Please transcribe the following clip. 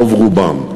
רוב רובם.